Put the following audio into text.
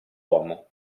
uomo